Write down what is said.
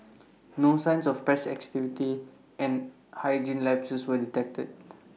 no signs of pest activity and hygiene lapses were detected